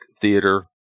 theater